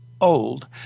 old